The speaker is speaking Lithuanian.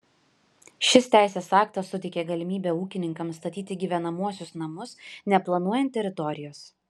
šis teisės aktas suteikia galimybę ūkininkams statyti gyvenamuosius namus neplanuojant teritorijos